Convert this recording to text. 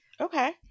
Okay